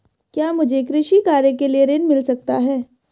क्या मुझे कृषि कार्य के लिए ऋण मिल सकता है?